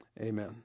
Amen